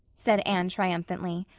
said anne triumphantly.